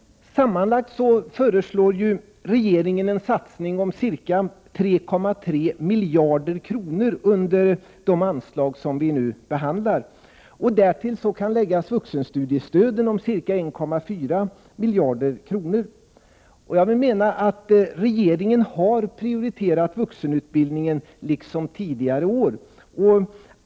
Sammanlagt föreslår regeringen en satsning på ca 3,3 miljarder kronor under de anslag som vi nu behandlar. Därtill kan läggas vuxenstudiestöden på ca 1,4 miljarder. Regeringen har i år prioriterat vuxenutbildningen liksom tidigare år.